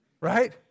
Right